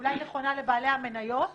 אולי היא נכונה לבעלי המניות,